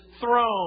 throne